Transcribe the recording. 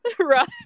Right